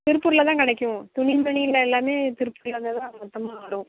திருப்பூரில் தான் கிடைக்கும் துணி மணியில எல்லாமே திருப்பூரில்தான் மொத்தமாக வரும்